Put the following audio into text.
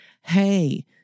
hey